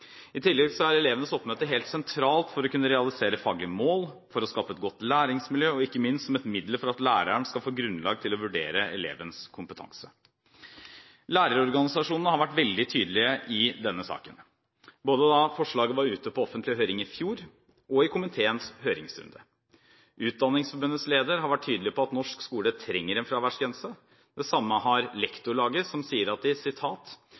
I tillegg er elevenes oppmøte helt sentralt for å kunne realisere faglige mål, for å skape et godt læringsmiljø og ikke minst som et middel for at læreren skal ha grunnlag for å vurdere elevens kompetanse. Lærerorganisasjonene har vært veldig tydelige i denne saken, både da forslaget var ute på offentlig høring i fjor, og i komiteens høringsrunde. Utdanningsforbundets leder har vært tydelig på at norsk skole trenger en fraværsgrense. Det samme har Lektorlaget, som sier at